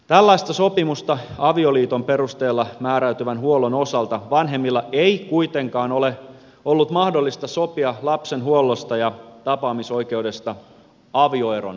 tällaista sopimusta avioliiton perusteella määräytyvän huollon osalta vanhemmilla ei kuitenkaan ole ollut mahdollista sopia lapsen huollosta ja tapaamisoikeudesta avioeron varalta